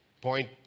point